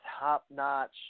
top-notch